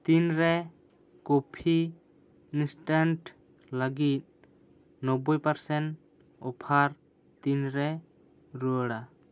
ᱛᱤᱱ ᱨᱮ coffee instant ᱞᱟᱹᱜᱤᱫ ᱱᱚᱵᱽᱵᱳᱭ ᱯᱟᱨᱥᱮᱱ ᱚᱯᱷᱟᱨ ᱛᱤᱱ ᱨᱮ ᱨᱩᱣᱟᱹᱲᱟ